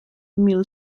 mil